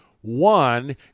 One